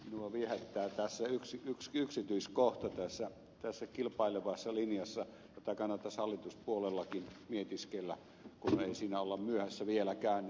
minua viehättää yksi yksityiskohta tässä kilpailevassa linjassa jota kannattaisi hallituspuolellakin mietiskellä kun ei siinä olla myöhässä vieläkään